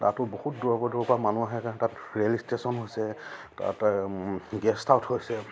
তাতো বহুত দূৰৰ দূৰৰপৰা মানুহ আহে কাৰণ তাত ৰেল ষ্টেচন হৈছে তাত গেষ্ট হাউথ হৈছে